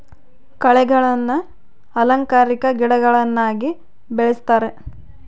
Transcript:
ಕಳೆಗಳನ್ನ ಅಲಂಕಾರಿಕ ಗಿಡಗಳನ್ನಾಗಿ ಬೆಳಿಸ್ತರೆ